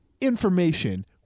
information